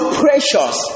precious